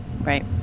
right